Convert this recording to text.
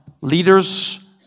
leaders